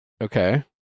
Okay